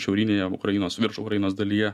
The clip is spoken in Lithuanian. šiaurinėje ukrainos virš ukrainos dalyje